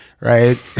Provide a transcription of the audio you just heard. right